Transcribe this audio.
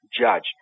judge